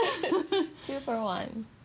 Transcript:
Two-for-one